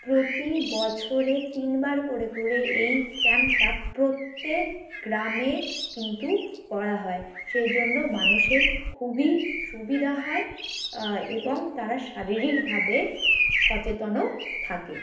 প্রতি বছরে তিনবার করে করে এই ক্যাম্পটা প্রত্যেক গ্রামে কিন্তু করা হয় সেই জন্য মানুষের খুবই সুবিধা হয় এবং তারা শারীরিকভাবে সচেতনও থাকে